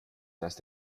dass